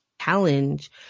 challenge